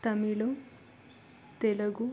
Tamil Telugu